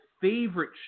favorite